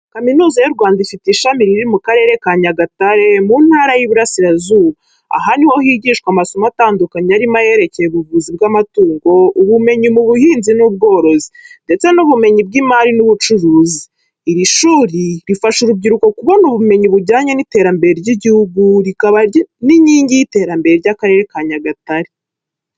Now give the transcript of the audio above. Kaminuza y’u Rwanda ifite ishami riri mu Karere ka Nyagatare, mu Ntara y’Iburasirazuba. Aha ni ho higishwa amasomo atandukanye arimo ayerekeye ubuvuzi bw’amatungo, ubumenyi mu buhinzi n’ubworozi, ndetse n’ubumenyi bw’imari n’ubucuruzi. Iri shuri rifasha urubyiruko kubona ubumenyi bujyanye n’iterambere ry’igihugu, rikaba n’inkingi y’iterambere ry’Akarere ka Nyagatare.